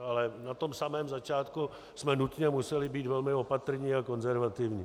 Ale na tom samém začátku jsme nutně museli být velmi opatrní a konzervativní.